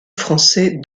français